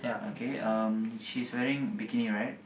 okay um she's wearing bikini right